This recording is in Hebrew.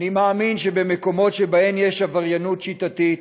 אני מאמין שבמקומות שבהם יש עבריינות שיטתית